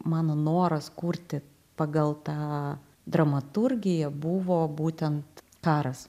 mano noras kurti pagal tą dramaturgiją buvo būtent karas